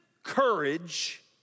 Courage